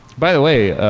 by the way,